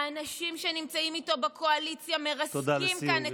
האנשים שנמצאים איתו בקואליציה מרסקים כאן,